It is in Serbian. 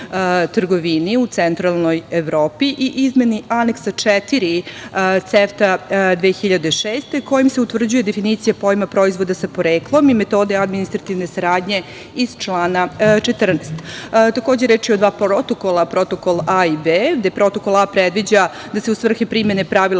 u Centralnoj Evropi i izmena Aneksa 4 CEFTA 2006, kojim se utvrđuje definicija pojma „proizvodi sa poreklom“ i metode administrativne saradnje iz člana 14.Takođe, reč je o dva protokola – protokol A i B, gde protokol A predviđa da se u svrhu primene pravila